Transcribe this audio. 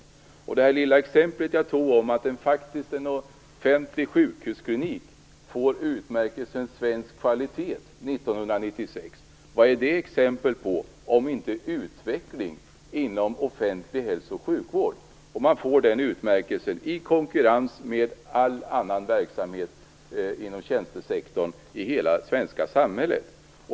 Jag tog upp ett litet exempel på en offentlig sjukhusklinik som har fått utmärkelsen Svensk kvalitet under 1996. Vad är det exempel på, om inte utveckling inom offentlig hälso och sjukvård? Denna utmärkelse har man fått i konkurrens med all annan verksamhet inom tjänstesektorn i hela det svenska samhället.